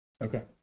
Okay